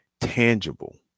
tangible